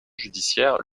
judiciaire